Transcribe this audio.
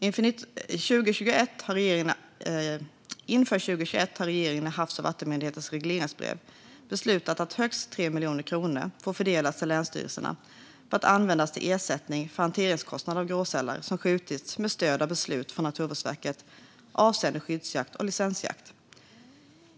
Inför 2021 har regeringen i Havs och vattenmyndighetens regleringsbrev beslutat att högst 3 miljoner kronor får fördelas till länsstyrelserna för att användas till ersättning för hanteringskostnader av gråsälar som skjutits med stöd av beslut från Naturvårdsverket avseende skyddsjakt och licensjakt.